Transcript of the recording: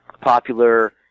popular